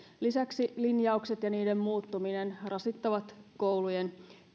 lisäksi linjaukset ja niiden muuttuminen rasittavat koulujen